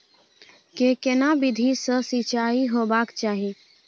के केना विधी सॅ सिंचाई होबाक चाही?